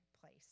place